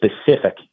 specific